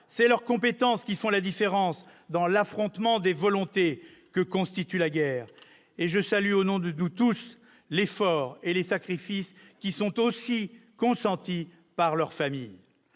c'est leur compétence qui font la différence dans l'affrontement des volontés que constitue la guerre. Je salue également l'effort et les sacrifices consentis par leurs familles.